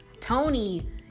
Tony